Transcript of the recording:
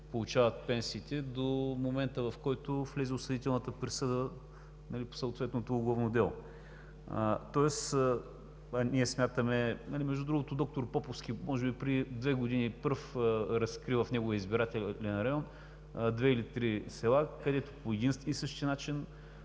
получават пенсиите до момента, в който влиза осъдителната присъда по съответното углавно дело. Между другото, доктор Поповски може би преди две години пръв разкри в неговия избирателен район две или три села, където по един и същи начин